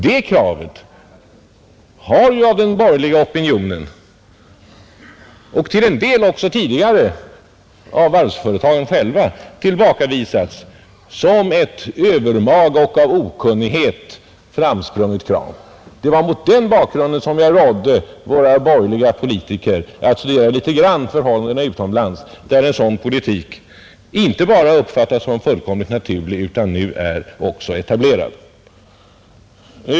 Det kravet har av den borgerliga opinionen, och till en del också tidigare av varvsföretagen själva, tillbakavisats som ett övermaga och av okunnighet framsprunget krav. Det var mot den bakgrunden som jag rådde våra borgerliga politiker att litet grand studera förhållandena utomlands, där en sådan politik inte bara uppfattas som fullkomligt naturlig utan nu också är etablerad.